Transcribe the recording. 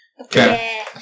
Okay